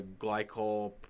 glycol